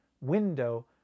window